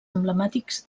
emblemàtics